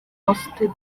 posted